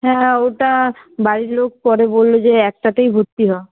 হ্যাঁ ওটা বাড়ির লোক পরে বলল যে একটাতেই ভর্তি হ